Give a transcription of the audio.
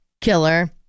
killer